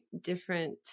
different